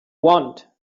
want